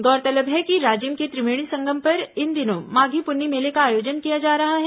गौरतलब है कि राजिम के त्रिवेणी संगम पर इन दिनों माधी पुन्नी मेले का आयोजन किया जा रहा है